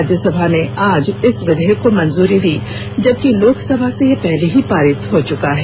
राज्यसभा ने आज इस विधेयक को मंजूरी दी जबकि लोकसभा से ये पहले ही पारित हो चुका है